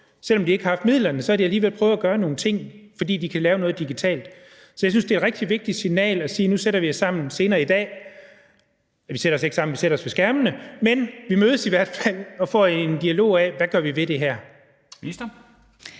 Selv om de ikke har haft midlerne, har de alligevel prøvet at gøre nogle ting, fordi de kan lave noget digitalt. Så jeg synes, det er et rigtig vigtigt signal at sige, at vi senere i dag sætter os sammen – eller vi sætter os ikke sammen, men vi sætter os ved skærmene – og får en dialog om, hvad vi gør ved det her. Kl.